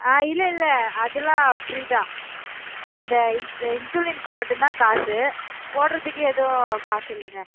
ஆ இல்லை இல்லை அதெலாம் ஃப்ரீ தான் அந்த இன்சுலினுக்கு மட்டும்தான் காசு போடுவதுக்கு எதுவும் காசு இல்லைங்க